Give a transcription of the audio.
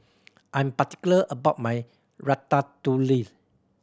I'm particular about my Ratatouille